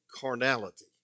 carnality